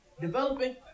Developing